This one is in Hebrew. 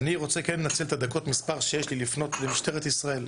אני כן רוצה לנצל את מספר הדקות שיש לי לפנות למשטרת ישראל.